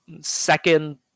second